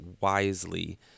wisely